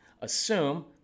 Assume